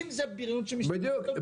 אם זה ביריונות --- בדיוק,